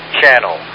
channel